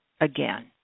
again